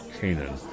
Canaan